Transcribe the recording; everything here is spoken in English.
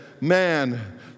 Man